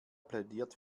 plädiert